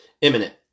imminent